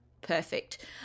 perfect